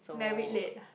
married late ah